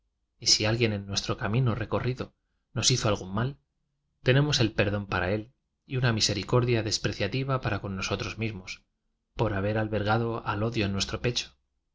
y si alguien en nuestro camino re corrido nos hizo algún mal tenemos el per dón para él y una misericordia despreciati va para con nosotros mismos por haber albergado al odio en nuestro pecho